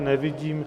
Nevidím.